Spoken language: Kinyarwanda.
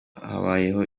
habayeho